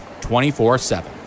24-7